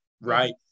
right